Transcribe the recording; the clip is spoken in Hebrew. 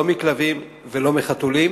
לא מכלבים ולא מחתולים,